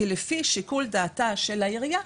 כי לפי שיקול דעתה של העירייה,